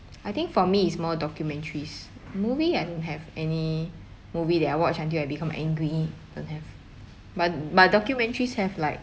I think for me is more documentaries movie I don't have any movie that I watch until I become angry don't have but but documentaries have like